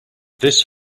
this